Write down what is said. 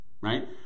right